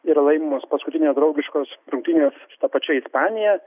yra laimimos paskutinės draugiškos rungtynės su ta pačia ispanija